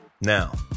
Now